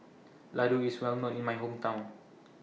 Laddu IS Well known in My Hometown